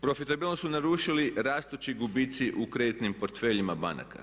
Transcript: Profitabilnost su narušili rastući gubici u kreditnim portfeljima banaka.